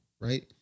right